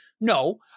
No